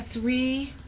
three